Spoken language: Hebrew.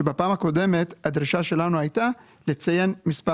שבפעם הקודמת הדרישה שלנו הייתה לציין מספר